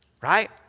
right